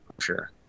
sure